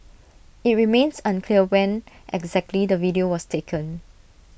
IT remains unclear when exactly the video was taken